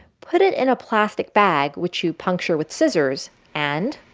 put it in a plastic bag which you puncture with scissors and.